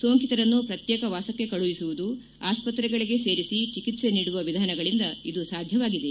ಸೋಂಕಿತರನ್ನು ಪ್ರಕ್ಯೇಕ ವಾಸಕ್ಕೆ ಕಳುಹಿಸುವುದು ಆಸ್ವತ್ರೆಗಳಿಗೆ ಸೇರಿಸಿ ಚಿಕಿತ್ಸೆ ನೀಡುವ ವಿಧಾನಗಳಿಂದ ಇದು ಸಾಧ್ಯವಾಗಿದೆ